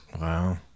Wow